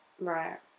Right